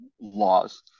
laws